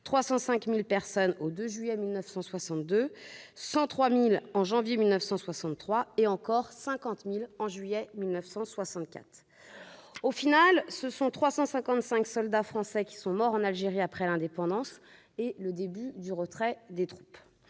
étaient présents au 2 juillet 1962, 103 000 en janvier 1963 et encore 50 000 en juillet 1964. En outre, 535 soldats français sont morts en Algérie après l'indépendance et le début du retrait des troupes.